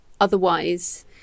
Otherwise